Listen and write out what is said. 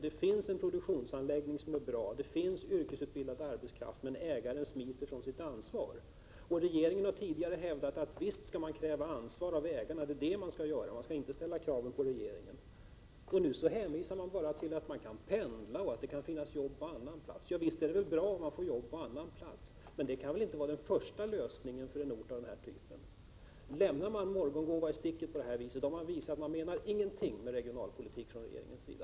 Det finns en bra produktionsanläggning och yrkesutbildad arbetskraft, men ägaren smiter från sitt ansvar. Regeringen har tidigare hävdat att man visst kan kräva ett ansvar av ägaren. Det är just vad man skall göra; man skall inte ställa krav härvidlag på regeringen. Nu hänvisas det bara till att man kan pendla och att det kan finnas arbete på någon annan plats. Visst är det väl bra om man får jobb på annan ort, men det kan inte vara den första lösningen för en ort av den här typen. Lämnar man Morgongåva i sticket på detta sätt, visar man att man inte menar någonting med regionalpolitiken från regeringens sida.